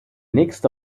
nächste